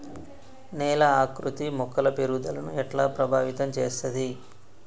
నేల ఆకృతి మొక్కల పెరుగుదలను ఎట్లా ప్రభావితం చేస్తది?